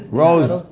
rose